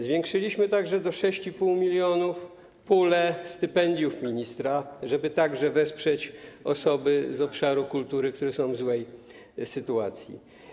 Zwiększyliśmy także do 6,5 mln pulę stypendiów ministra, żeby także wesprzeć osoby z obszaru kultury, które są w złej sytuacji.